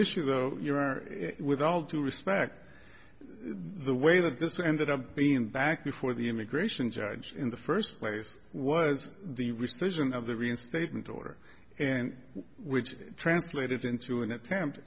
issue with all due respect the way that this ended up being back before the immigration judge in the first place was the restriction of the reinstatement order and which translated into an attempt